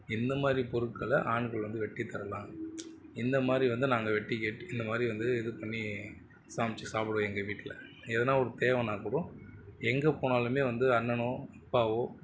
இந்த மாதிரி பொருட்களை ஆண்கள் வந்து வெட்டித் தரலாம் இந்த மாதிரி வந்து நாங்கள் வெட்டி கேட்டு இந்த மாதிரி வந்து இது பண்ணி சமைச்சி சாப்பிடுவோம் எங்கள் வீட்டில் எதனால் ஒரு தேவைன்னா கூட எங்கள் போனாலுமே வந்து அண்ணனோ அப்பாவோ